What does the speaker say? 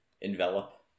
envelop